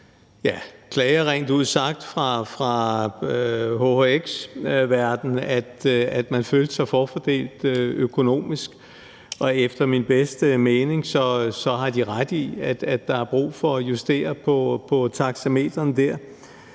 sagt har været klager fra hhx-verdenen, hvor man har følt sig forfordelt økonomisk. Efter min bedste overbevisning har de ret i, at der er brug for at justere på taxametrene der;